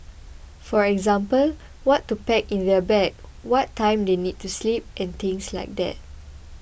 for example what to pack in their bag what time they need to sleep and things like that